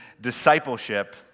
discipleship